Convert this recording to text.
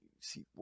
see